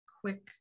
quick